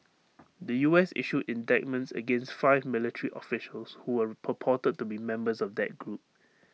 the U S issued indictments against five military officials who were purported to be members of that group